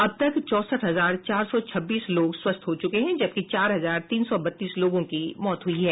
अब तक चौसठ हजार चार सौ छब्बीस लोग स्वस्थ हो चुके हैं जबकि चार हजार तीन सौ बत्तीस लोगों की मौत हुई है